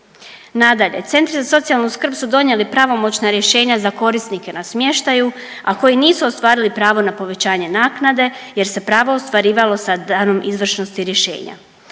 Nadalje, centar za socijalnu skrb su donijeli pravomoćna rješenja za korisnike na smještaju, a koji nisu ostvarili pravo na povećanje naknade jer se pravo ostvarivalo sa danom izvršnosti rješenja.